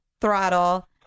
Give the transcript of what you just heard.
throttle